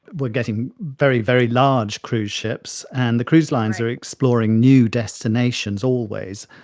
we're getting very, very large cruise ships, and the cruise lines are exploring new destinations always.